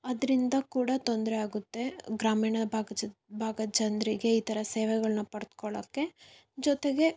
ಅದರಿಂದ ಕೂಡ ತೊಂದರೆ ಆಗುತ್ತೆ ಗ್ರಾಮೀಣ ಭಾಗದ ಜ ಭಾಗದ ಜನರಿಗೆ ಈ ಥರ ಸೇವೆಗಳನ್ನ ಪಡೆದುಕೊಳ್ಳಕೆ ಜೊತೆಗೆ